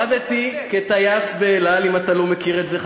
עבדתי כטייס ב"אל על" אם אתה לא מכיר את זה,